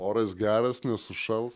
oras geras nesušals